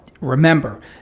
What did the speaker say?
Remember